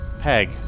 peg